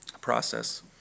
process